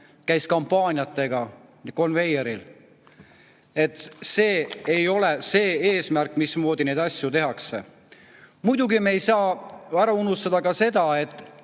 käis kampaaniatega, konveiermeetodil. See ei ole eesmärk, mismoodi neid asju tehakse. Muidugi me ei saa ära unustada ka seda, et